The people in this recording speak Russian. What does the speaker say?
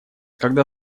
когда